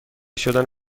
شدن